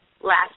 Last